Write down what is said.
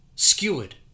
Skewered